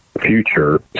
future